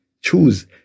choose